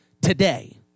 today